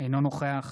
אינו נוכח